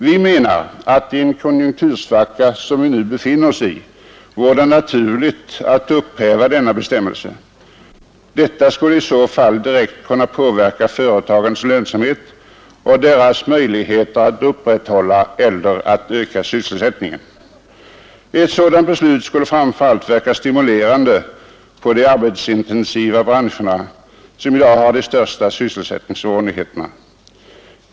Vi menar att i den konjunktursvacka som vi nu befinner oss i vore det naturligt att upphäva bestämmelsen om arbetsgivaravgiften. Detta skulle direkt påverka företagens lönsamhet och deras möjligheter att upprätthålla eller öka sysselsättningen. Ett sådant beslut skulle framför allt verka stimulerande på de arbetsintensiva branscherna, som i dag har de största sysselsättningssvårigheterna.